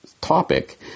topic